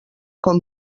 com